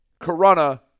Corona